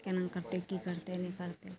केना करतइ की करतइ नहि करतइ